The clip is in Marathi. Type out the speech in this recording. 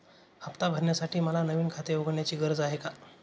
हफ्ता भरण्यासाठी मला नवीन खाते उघडण्याची गरज आहे का?